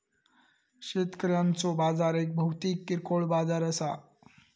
शेतकऱ्यांचो बाजार एक भौतिक किरकोळ बाजार असा